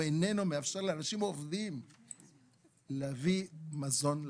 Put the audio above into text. הוא איננו מאפשר לאנשים עובדים להביא מזון לבית.